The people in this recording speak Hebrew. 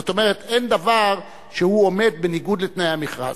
זאת אומרת, אין דבר שעומד בניגוד לתנאי המכרז.